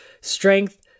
strength